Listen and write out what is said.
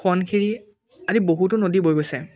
সোৱনশিৰি আদি বহুতো নদী বৈ গৈছে